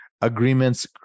agreements